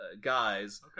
Guys